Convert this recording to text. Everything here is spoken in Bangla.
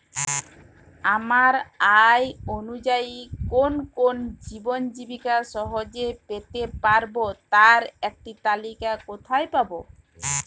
আমার আয় অনুযায়ী কোন কোন জীবন বীমা সহজে পেতে পারব তার একটি তালিকা কোথায় পাবো?